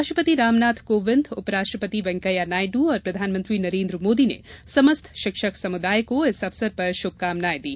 राष्ट्रपति रामनाथ कोविन्द उपराष्ट्रपति वैंकैया नायडू और प्रधानमंत्री नरेन्द्र मोदी ने समस्त शिक्षक समुदाय को इस अवसर पर शुभकामनाये दी